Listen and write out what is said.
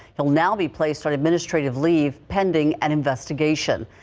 well now be placed on administrative leave pending an investigation.